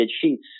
sheets